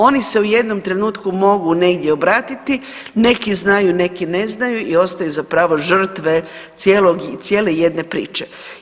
Oni se u jednom trenutku mogu negdje obratiti, neki znaju, neki ne znaju i ostaju zapravo žrtve cijelog, cijele jedne priče.